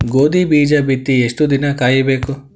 ಗೋಧಿ ಬೀಜ ಬಿತ್ತಿ ಎಷ್ಟು ದಿನ ಕಾಯಿಬೇಕು?